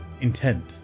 intent